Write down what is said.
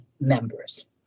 members